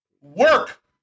work